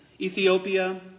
Ethiopia